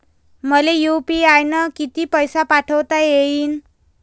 मले यू.पी.आय न किती पैसा पाठवता येईन?